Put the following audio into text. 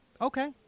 okay